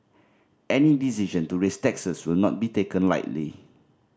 any decision to raise taxes will not be taken lightly